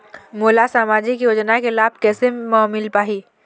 मोला सामाजिक योजना के लाभ कैसे म मिल पाही?